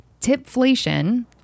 tipflation